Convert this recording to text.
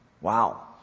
Wow